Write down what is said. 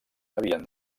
havien